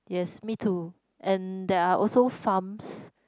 yes me too and there are also farms